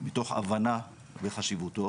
מתוך הבנה בחשיבותו.